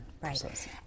Right